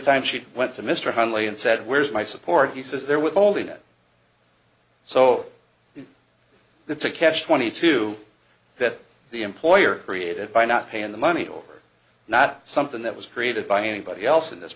time she went to mr huntley and said where is my support he says they're with all the net so that's a catch twenty two that the employer created by not paying the money or not something that was created by anybody else in this